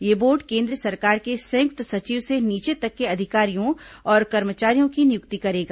यह बोर्ड केन्द्र सरकार के संयुक्त सचिव से नीचे तक के अधिकारियों और कर्मचारियों की नियुक्ति करेगा